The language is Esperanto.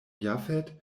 jafet